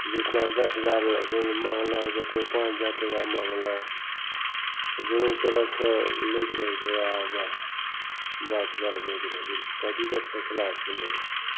जाहिठाम दस हजार कोइ माँगलक तऽ कोइ पाँच हजार टका माँगलक दुनू तरफसे ओ लैत रहै छै आओर बस बात बढ़बैत रहै छै कथीलए फैसला सुनेतै